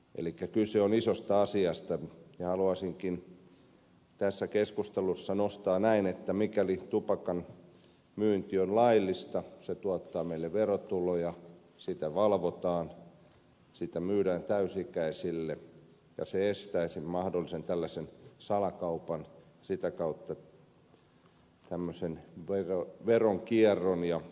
elikkä kyse on isosta asiasta ja haluaisinkin tässä keskustelussa nostaa esiin sen että mikäli tupakan myynti on laillista se tuottaa meille verotuloja sitä valvotaan sitä myydään täysi ikäisille ja se estäisi tällaisen mahdollisen salakaupan sitä kautta tämmöisen veronkierron ja rikollisen toiminnan